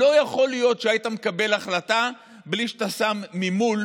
לא יכול להיות שהיית מקבל החלטה בלי שאתה שם ממול